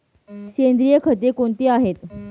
सेंद्रिय खते कोणती आहेत?